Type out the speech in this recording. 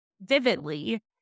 vividly